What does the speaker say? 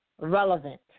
relevant